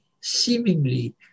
seemingly